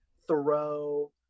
Thoreau